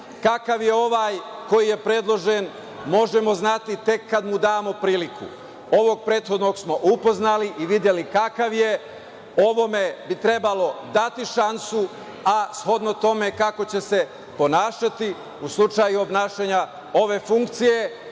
Kakav je ovaj koji je predložen, to možemo znati tek kada mu damo priliku. Ovog prethodnog smo upoznali i videli kakav je. Ovome bi trebalo dati šansu, a shodno tome kako će se ponašati u slučaju obnašanja ove funkcije,